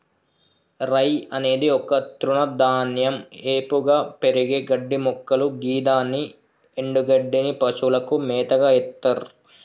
రై అనేది ఒక తృణధాన్యం ఏపుగా పెరిగే గడ్డిమొక్కలు గిదాని ఎన్డుగడ్డిని పశువులకు మేతగ ఎత్తర్